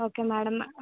okay madam